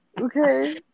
Okay